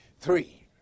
Three